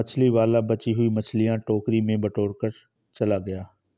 मछली वाला बची हुई मछलियां टोकरी में बटोरकर चला गया